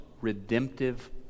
redemptive